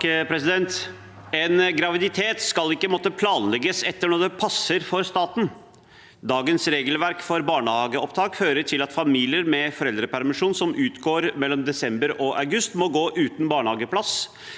En graviditet skal ikke måtte planlegges etter når det passer for staten. Dagens regelverk for barnehageopptak fører til at familier med foreldrepermisjon som utgår mellom desember og august, må gå uten barnehageplass